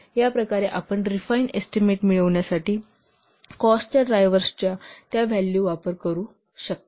तर या प्रकारे आपण रिफाइन एस्टीमेट मिळविण्यासाठी कॉस्ट ड्रायव्हर्सच्या या व्हॅल्यू चा वापर करू शकता